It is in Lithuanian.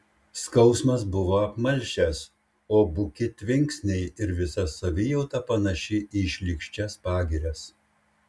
skausmas buvo apmalšęs o buki tvinksniai ir visa savijauta panaši į šlykščias pagirias